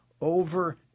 over